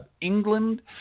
England